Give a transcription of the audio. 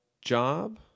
job